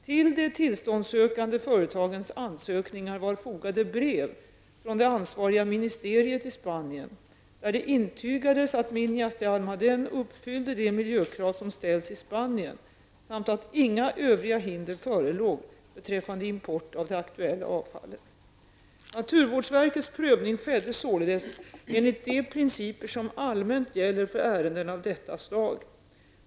Till de tillståndssökande företagens ansökningar var fogade brev från det ansvariga ministeriet i Spanien, där det intygades att Minas de Almadén uppfyllde de miljökrav som ställts i Spanien samt att inga övriga hinder förelåg beträffande import av det aktuella avfallet. Naturvårdsverkets prövning skedde således enligt de principer som allmänt gäller för ärenden av detta slag.